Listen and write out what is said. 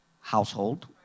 household